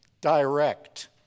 direct